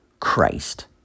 Christ